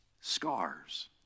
scars